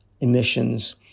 emissions